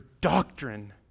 doctrine